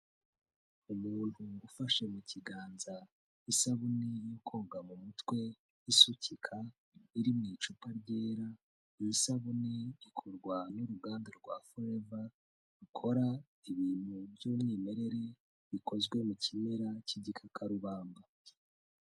Umuntu ufashe mu kiganza isabune yo koga mu mutwe, isukika iri mu icupa ryera, iyi sabune ikorwa n'uruganda rwa Forever rukora ibintu by'umwimerere bikozwe mu kimera cy'igikakarubamba.